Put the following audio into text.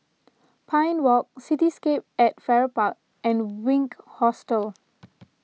Pine Walk Cityscape at Farrer Park and Wink Hostel